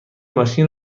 ماشین